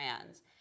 brands